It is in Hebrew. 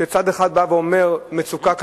שצד אחד בא ואומר: מצוקה כזאת,